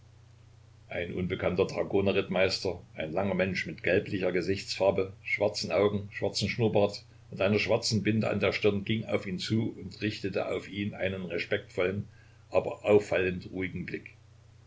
ein unbekannter dragonerrittmeister ein langer mensch mit gelblicher gesichtsfarbe schwarzen augen schwarzem schnurrbart und einer schwarzen binde an der stirn ging auf ihn zu und richtete auf ihn einen respektvollen aber auffallend ruhigen blick